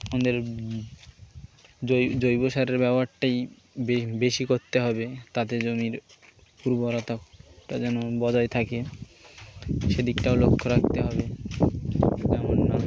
আমাদের জৈব সারের ব্যবহারটাই বেশি করতে হবে তাতে জমির উর্বরতাটা যেন বজায় থাকে সেদিকটাও লক্ষ্য রাখতে হবে যেমন না